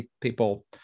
People